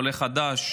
עולה חדש,